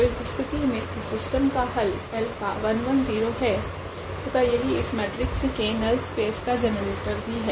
तो इस स्थिति मे इस सिस्टम का हल है तथा यही इस मेट्रिक्स के नल स्पेस का जनरेटर भी है